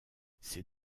ces